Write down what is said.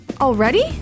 Already